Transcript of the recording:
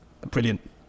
brilliant